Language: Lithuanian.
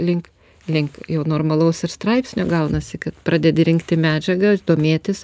link link jau normalaus ir straipsnio gaunasi kad pradedi rinkti medžiagą domėtis